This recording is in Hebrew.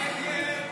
בדבר